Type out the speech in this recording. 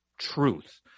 truth